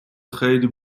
خیلی